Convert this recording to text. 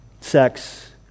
sex